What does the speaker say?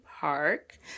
Park